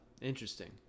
Interesting